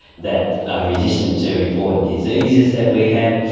that are resistant to important diseases that we have.